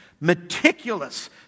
meticulous